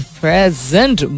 present